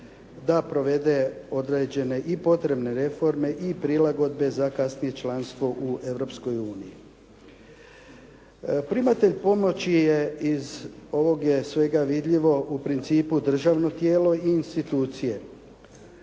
da provede određene i potrebne reforme i prilagodbe za kasnije članstvo u Europskoj uniji. Primatelj pomoći je, iz ovog je svega vidljivo, u principu državno tijelo i institucije.